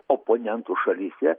oponentų šalyse